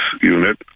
unit